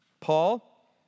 Paul